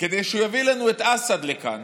כדי שהוא יביא לנו את אסד לכאן,